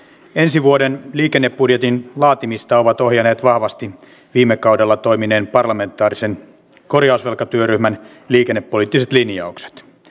ensi vuoden liikennebudjetin laatimista ovat ohjanneet vahvasti viime kaudella kriisinhallinta asiasta oli useampi kysymys